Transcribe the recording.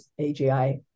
AGI